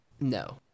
No